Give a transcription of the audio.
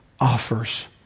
offers